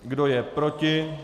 Kdo je proti?